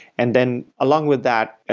and then along with that,